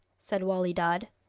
said wali dad,